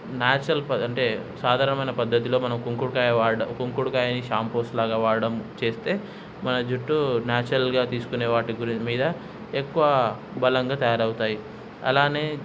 natural ప అంటే సాధనమైన పద్ధతిలో మనం కుంకుడుకాయ వాడడం కుంకుడుకాయని షాంపూస్ లాగా వాడడం చేస్తే మన జుట్టు నాచురల్గా తీసుకునే వాటి గురి మీద ఎక్కువ బలంగా తయారవుతాయి అలానే